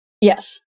Yes